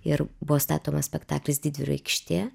ir buvo statomas spektaklis didvyrių aikštė